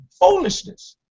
Foolishness